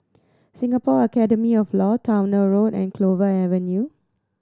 Singapore Academy of Law Towner Road and Clover Avenue